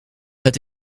het